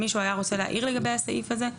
משהו שמעירים אותך